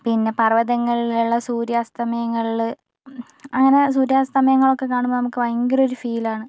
പിന്നെ പർവ്വതങ്ങളിലുള്ള സൂര്യാസ്തമയങ്ങളിൽ അങ്ങനെ സൂര്യാസ്തമയങ്ങളൊക്കെ കാണുമ്പം നമുക്ക് ഭയങ്കര ഒരു ഫീലാണ്